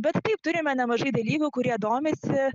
bet taip turime nemažai dalyvių kurie domisi